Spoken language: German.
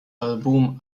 album